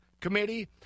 Committee